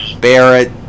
Barrett